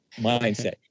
mindset